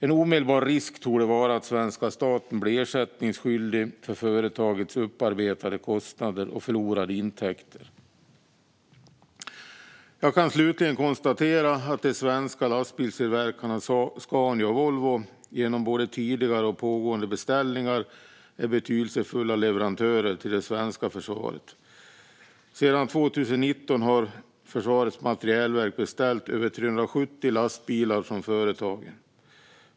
En omedelbar risk torde vara att den svenska staten blir ersättningsskyldig för företagets upparbetade kostnader och förlorade intäkter. Jag kan slutligen konstatera att de svenska lastbilstillverkarna Scania och Volvo, genom både tidigare och pågående beställningar, är betydelsefulla leverantörer till det svenska försvaret. Sedan 2019 har Försvarets materielverk beställt över 370 lastbilar från företagen.